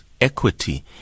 equity